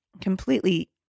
completely